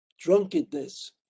drunkenness